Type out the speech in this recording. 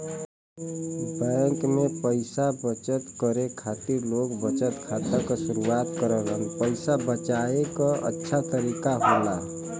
bank में पइसा बचत करे खातिर लोग बचत खाता क शुरआत करलन पइसा बचाये क अच्छा तरीका होला